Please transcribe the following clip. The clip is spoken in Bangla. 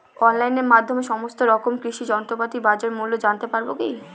অনলাইনের মাধ্যমে সমস্ত রকম কৃষি যন্ত্রপাতির বাজার মূল্য জানতে পারবো কি?